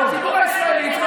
הציבור הישראלי צריך